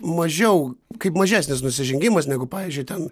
mažiau kaip mažesnis nusižengimas negu pavyzdžiui ten